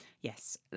yes